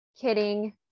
kidding